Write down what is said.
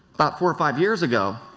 about four or five years ago,